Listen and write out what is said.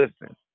listen